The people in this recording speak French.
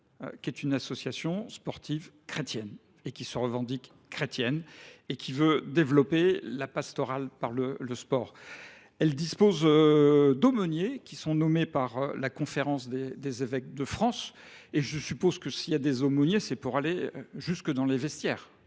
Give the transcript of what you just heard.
; cette association sportive chrétienne, qui se revendique comme telle, s’emploie à développer la pastorale par le sport. Elle dispose d’aumôniers, nommés par la Conférence des évêques de France ; or je suppose que, s’il y a des aumôniers, c’est pour qu’ils aillent jusque dans les vestiaires.